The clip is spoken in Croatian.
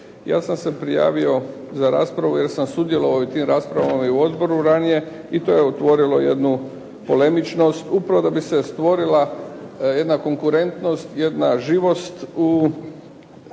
Ja sam se prijavio za raspravu jer sam sudjelovao u tim raspravama i u odboru ranije i to je otvorilo jednu polemičnost upravo da bi se stvorila jedna konkurentnost, jedna živost u